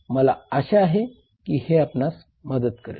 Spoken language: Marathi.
मला आशा आहे की हे आपणास मदत करेल